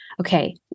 okay